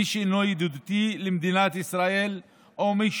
מי שאינו ידידותי למדינת ישראל או מי